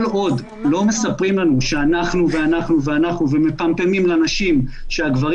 מספרים לנו שאנחנו ואנחנו ואנחנו ומפמפמים לנשים שהגברים